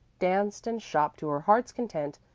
danced and shopped to her heart's content,